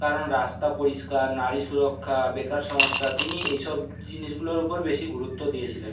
কারণ রাস্তা পরিষ্কার নারী সুরক্ষা বেকার সমস্যা তিনি এই সব জিনিসগুলোর উপর বেশি গুরুত্ব দিয়েছিলেন